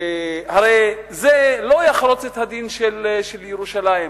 הרי זה לא יחרוץ את הדין של ירושלים.